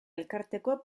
elkarteko